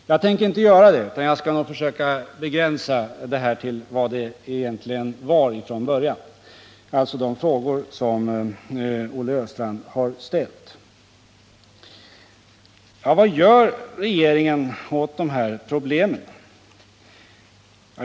Jag tänker inte följa med hurlångt som helst, utari jag skall försöka begränsa debatten till vad den egentligen gällde från början, alltså de frågor som Olle Östrand har ställt. Vad gör regeringen åt de här problemen?